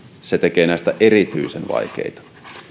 tekee näistä erityisen vaikeita